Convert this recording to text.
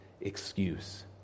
excuse